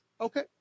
Okay